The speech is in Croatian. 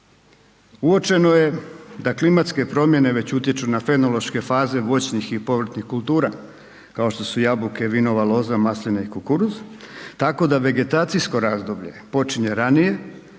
Uočeno je da klimatske promjene već utječu na fenološke faze voćnih i povrtnih kultura, kao što su jabuke, vinova loza, masline i kukuruz, tako da vegetacijsko razdoblje počinje ranije,